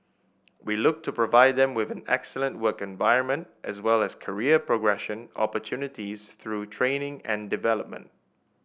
we look to provide them with an excellent work environment as well as career progression opportunities through training and development